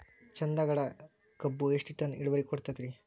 ಚಂದಗಡ ಕಬ್ಬು ಎಷ್ಟ ಟನ್ ಇಳುವರಿ ಕೊಡತೇತ್ರಿ?